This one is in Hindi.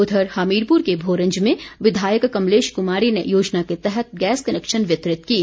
उधर हमीरपुर के भोरंज में विधायक कमलेश कुमारी ने योजना के तहत गैस कनेक्शन वितरित किए